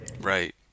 Right